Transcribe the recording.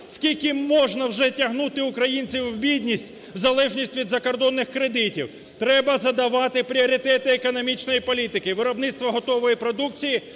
Скільки можна вже тягнути українців в бідність, в залежність від закордонних кредитів? Треба задавати пріоритети економічної політики, виробництво готової продукції,